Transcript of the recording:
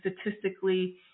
statistically